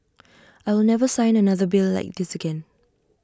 I will never sign another bill like this again